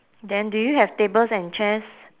then do you have tables and chairs